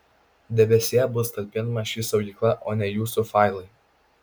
debesyje bus talpinama ši saugykla o ne jūsų failai